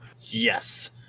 Yes